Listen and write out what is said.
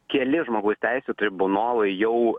keli žmogaus teisių tribunolai jau